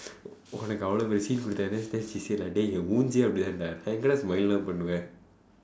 உனக்கு அவள:unakku avala then she say like dey என் மூஞ்சியே அப்படிதான்:en muunjsiyee appadithaan [da]